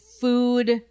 food